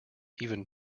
even